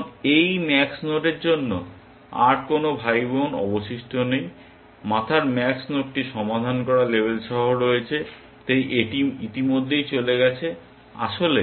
এখন এই ম্যাক্স নোডের জন্য আর কোন ভাইবোন অবশিষ্ট নেই মাথার ম্যাক্স নোডটি সমাধান করা লেবেল সহ রয়েছে তাই এটি ইতিমধ্যেই চলে গেছে আসলে